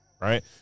right